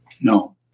No